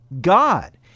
God